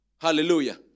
Hallelujah